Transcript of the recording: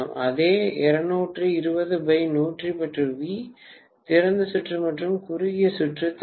அதே 220110V திறந்த சுற்று மற்றும் குறுகிய சுற்று தரவு